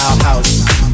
house